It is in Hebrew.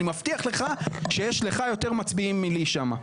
אני מבטיח לך שיש לך יותר מצביעים מלי שם.